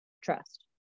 trust